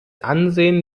ansehen